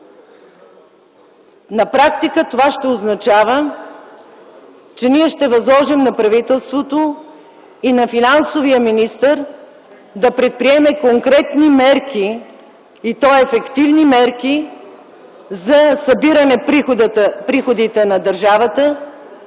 На практика това ще означава, че ние ще възложим на правителството и на финансовия министър да предприемат конкретни мерки, и то ефективни, за събиране приходите на държавата,